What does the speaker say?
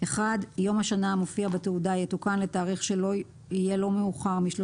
יום השנה המופיע בתעודה יתוקן לתאריך שיהיה לא מאוחר מ-3